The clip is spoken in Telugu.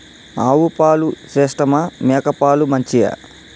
ఆవు పాలు శ్రేష్టమా మేక పాలు మంచియా?